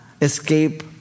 escape